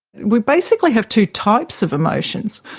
we basically have two types of emotions.